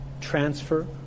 transfer